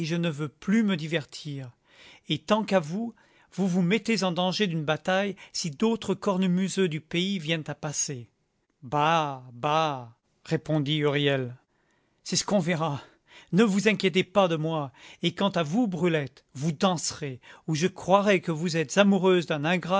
et ne veux plus me divertir et tant qu'à vous vous vous mettez en danger d'une bataille si d'autres cornemuseux du pays viennent à passer bah bah répondit huriel c'est ce qu'on verra ne vous inquiétez pas de moi et quant à vous brulette vous danserez ou je croirai que vous êtes amoureuse d'un